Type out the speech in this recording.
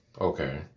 Okay